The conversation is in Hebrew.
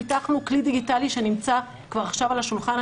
פיתחנו כלי דיגיטלי שנמצא כבר עכשיו על השולחן.